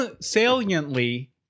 saliently